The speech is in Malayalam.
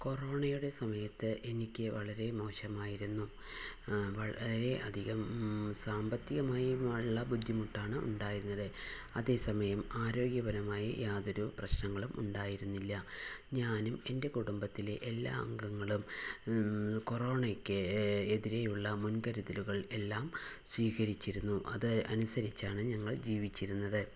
കോറോണയുടെ സമയത്ത് എനിക്ക് വളരെ മോശമായിരുന്നു വളരെയധികം സാമ്പത്തികമായി ഉള്ള ബുദ്ധിമുട്ടാണ് ഉണ്ടായിരുന്നത് അതേസമയം ആരോഗ്യപരമായി യാതൊരു പ്രശ്നങ്ങളും ഉണ്ടായിരുന്നില്ല ഞാനും എൻ്റെ കുടുംബത്തിലെ എല്ലാ അംഗങ്ങളും കോറോണക്ക് എതിരെയുള്ള മുൻകരുതലുകൾ എല്ലാം സ്വീകരിച്ചിരുന്നു അതനുസരിച്ചാണ് ഞങ്ങൾ ജീവിച്ചിരുന്നത്